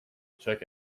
check